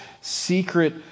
secret